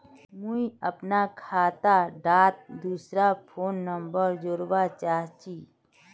मुई अपना खाता डात दूसरा फोन नंबर जोड़वा चाहची?